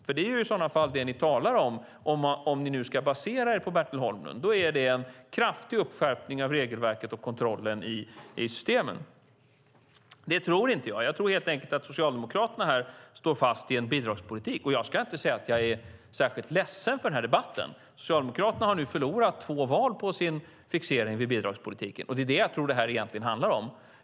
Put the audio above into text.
Om ni nu ska basera er på det som Bertil Holmlund har sagt är det detta som ni talar om. Då är det en kraftig skärpning av regelverket och kontrollen i systemen. Det tror inte jag. Jag tror helt enkelt att Socialdemokraterna här står fast vid en bidragspolitik. Jag ska inte säga att jag är särskilt ledsen för denna debatt. Socialdemokraterna har nu förlorat två val på sin fixering vid bidragspolitiken, och det är det som jag tror att detta egentligen handlar om.